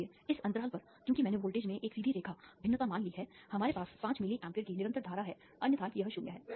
इसलिए इस अंतराल पर क्योंकि मैंने वोल्टेज में एक सीधी रेखा भिन्नता मान ली है हमारे पास 5 मिली amp की निरंतर धारा है अन्यथा यह 0 है